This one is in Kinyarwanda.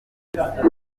rudahigwa